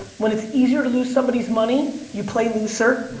when it's easier to lose somebody's money, you play looser,